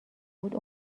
صعود